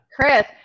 Chris